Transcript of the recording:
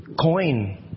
coin